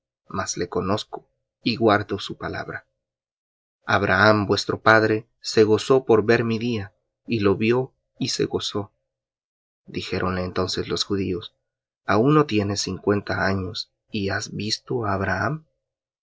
mas le conozco y guardo su palabra abraham vuestro padre se gozó por ver mi día y lo vió y se gozó dijéronle entonces los judíos aun no tienes cincuenta años y has visto á abraham